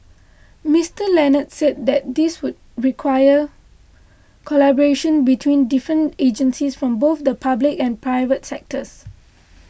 Mister Leonard said this would require collaboration between different agencies from both the public and private sectors